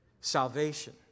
Salvation